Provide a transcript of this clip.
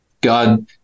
God